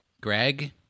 Greg